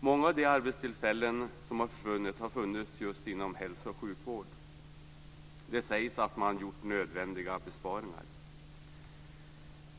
Många av de arbetstillfällen som har försvunnit har funnits just inom hälso och sjukvård. Det sägs att man har gjort nödvändiga besparingar.